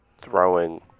throwing